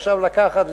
עכשיו לקחת,